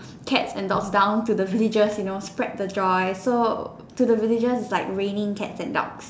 cats and dogs down to the villages you know spread the joy so to the villages its like raining cats and dogs